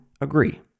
agree